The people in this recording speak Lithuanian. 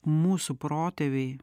mūsų protėviai